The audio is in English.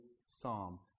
psalm